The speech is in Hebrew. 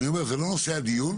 זה לא נושא הדיון.